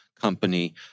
company